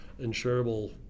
insurable